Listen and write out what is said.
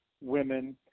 women